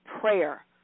prayer